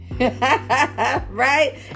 Right